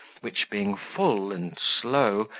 which, being full and slow,